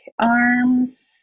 arms